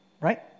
Right